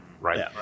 Right